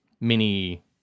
mini